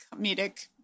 comedic